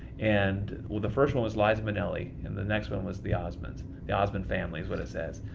and well the first one was liza minelli, and the next one was the osmonds the osmond family is what it says.